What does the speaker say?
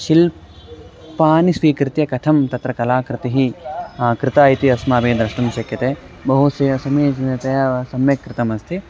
शिल्पानि स्वीकृत्य कथं तत्र कलाकृतिः कृता इति अस्माभिः द्रष्टुं शक्यते बहु स्य समीचीनतया सम्यक् कृतमस्ति